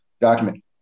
document